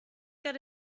got